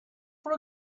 for